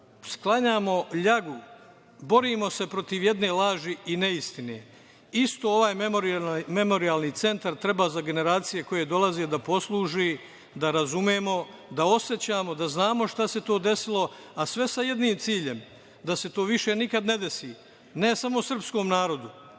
sklanjamo ljagu, borimo se protiv jedne laži i neistine. Isto ovaj Memorijalni centar treba za generacije koje dolaze da posluži da razumemo, da osećamo, da znamo šta se to desilo, a sve sa jednim ciljem - da se to više nikad ne desi, ne samo srpskom narodu,